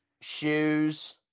Shoes